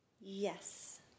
Yes